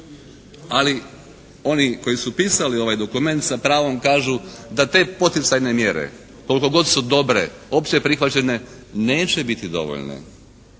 ali oni koji su pisali ovaj dokument sa pravom kažu da te poticajne mjere koliko god su dobre općeprihvaćene neće biti dovoljne